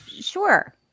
sure